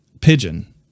Pigeon